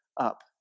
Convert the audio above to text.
up